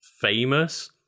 famous